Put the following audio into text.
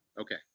Okay